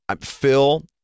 Phil